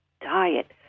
diet